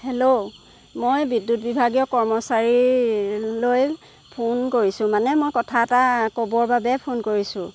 hello মই বিদ্যুৎ বিভাগীয় কৰ্মচাৰীলৈ ফোন কৰিছো মানে মই কথা এটা ক'বৰ বাবে ফোন কৰিছো